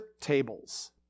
tables